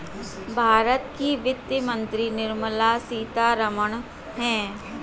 भारत की वित्त मंत्री निर्मला सीतारमण है